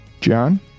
John